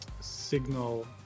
signal